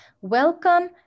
Welcome